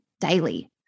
daily